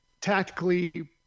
tactically